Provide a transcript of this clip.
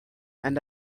and